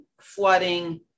flooding